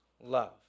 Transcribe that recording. love